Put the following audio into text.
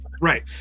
right